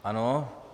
Ano.